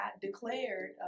declared